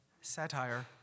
satire